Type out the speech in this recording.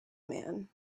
man